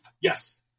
Yes